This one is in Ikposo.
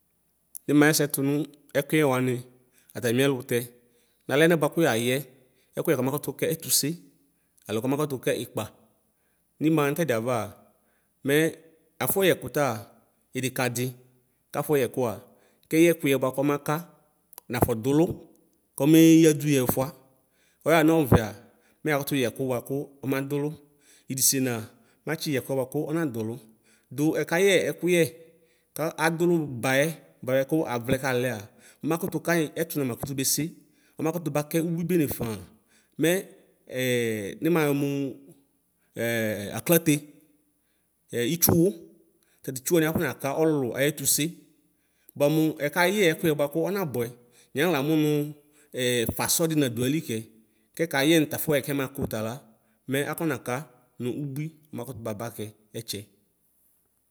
Nimaxɛsɛ fʋnʋ ɛkʋyɛ wani atami ɛlʋtɛ nalɛnɛ bʋakʋ yayɛ ɛkʋyɛ kumakutsu kɛ ɛtʋse alo kɔma kʋtʋke ikpa nimaxa nʋ tɛdiɛ ava mɛ afɔyɛ ɛkʋta idikadi kafɔ yɛkʋa kɛyɛ ɛkʋyɛ kɔmaka nafɔ dʋlʋ kɔme yadʋ yɛ ʋfʋa ɔyaxa nɔvɛa mɛ yadʋtʋ yɛkʋ kɔma dʋlʋ idisena mɛ atsiyɛ ɛkʋɛ bʋakʋ ɔnadʋlʋ dʋ ɛkayɛ ɛkʋyɛ kadʋ lʋ bayɛ bʋakʋ avlɛ kalea makutu kayi ɛtʋ namakʋ bese ɔmakʋtʋ bakʋ ʋbi bene faa mɛ nimayɔ mʋ aklatɛ itsʋwʋ tatʋ itsʋ wani akɔnaka ɔlʋlʋ ayɛtʋse bʋa mʋ ɛkayɛ ɛkuyɛ bʋakʋ ɔmabʋɛ yanixla amʋnʋ fasɔdi nadʋ ayikɛ kɛkayɛ nʋ tafɔyɛ kɛ ma kʋ tala mɛ akɔnaka nʋ ʋbui makutu babakɛ ɛtsɛ.